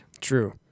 True